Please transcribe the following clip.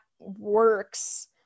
works